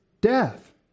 death